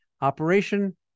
operation